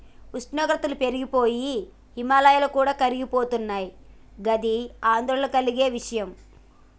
ఉష్ణోగ్రతలు పెరిగి పోయి హిమాయాలు కూడా కరిగిపోతున్నయి గిది ఆందోళన కలిగే విషయం